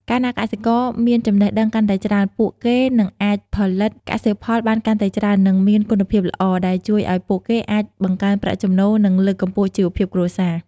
កាលណាកសិករមានចំណេះដឹងកាន់តែច្រើន ពួកគេនឹងអាចផលិតកសិផលបានកាន់តែច្រើន និងមានគុណភាពល្អ ដែលជួយឲ្យពួកគេអាចបង្កើនប្រាក់ចំណូល និងលើកកម្ពស់ជីវភាពគ្រួសារ។